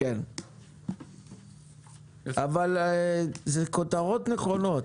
זה כותרות נכונות.